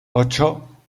ocho